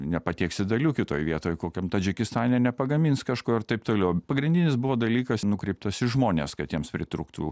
nepatieksi dalių kitoj vietoj kokiam tadžikistane nepagamins kažko ir taip toliau pagrindinis buvo dalykas nukreiptas į žmones kad jiems pritrūktų